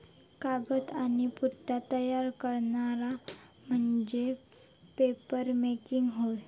कागद आणि पुठ्ठा तयार करणा म्हणजे पेपरमेकिंग होय